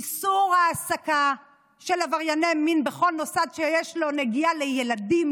איסור העסקה של עברייני מין בכל מוסד שיש לו נגיעה לילדים,